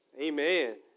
Amen